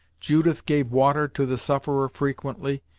judith gave water to the sufferer frequently,